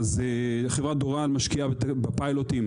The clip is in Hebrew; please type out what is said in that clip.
חברת דוראל משקיעה בפיילוטים,